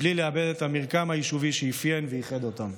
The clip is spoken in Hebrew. בלי לאבד את המרקם היישובי שאפיין וייחד אותם.